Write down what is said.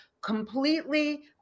completely